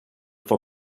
for